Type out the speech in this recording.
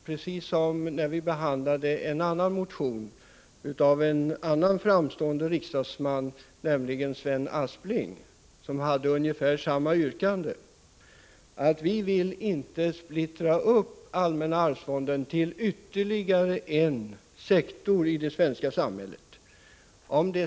Precis som när vi behandlade en annan motion — väckt av en annan framstående riksdagsman, nämligen Sven Aspling, som hade ungefär samma yrkande — har vi sagt oss att vi inte vill splittra allmänna arvsfonden till ytterligare en sektor i det svenska samhället.